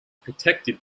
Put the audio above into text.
protected